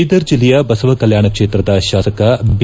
ಬೀದರ್ ಜಿಲ್ಲೆಯ ಬಸವ ಕಲ್ನಾಣ ಕ್ಷೇತ್ರದ ಶಾಸಕ ಬಿ